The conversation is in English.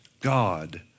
God